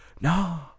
no